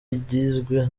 igizwe